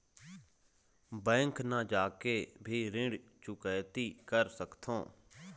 Bank न जाके भी ऋण चुकैती कर सकथों?